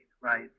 right